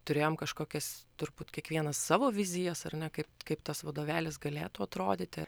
turėjom kažkokias turbūt kiekvienas savo vizijas ar ne kaip kaip tas vadovėlis galėtų atrodyti